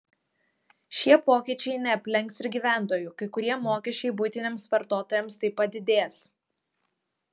šie pokyčiai neaplenks ir gyventojų kai kurie mokesčiai buitiniams vartotojams taip pat didės